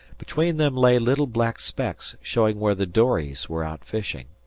between them lay little black specks, showing where the dories were out fishing.